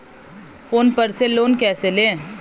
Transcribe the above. Phone पर से loan कैसे लें?